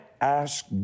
ask